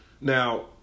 Now